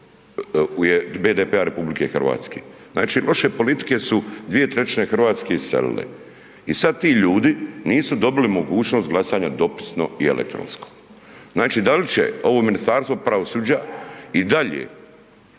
je BDP-a RH. Znači loše politike su dvije trećine Hrvatske iselile. I sad ti ljudi nisu dobili mogućnost glasanja dopisno i elektronsko. Znači da li će ovo Ministarstvo pravosuđa i dalje